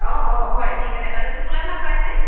অ' অ' হয় সেইকাৰণে তাত তোপোলা ভাত পায় যে